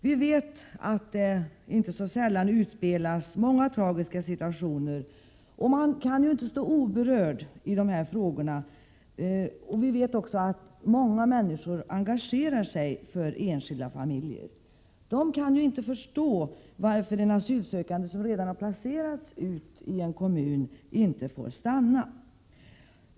Vi vet att det inte sällan utspelas många tragiska scener. Man kan inte stå oberörd i dessa frågor, och vi vet att många människor engagerar sig för enskilda familjer. De kan inte förstå varför en asylsökande som redan har placerats ut i en kommun inte får stanna.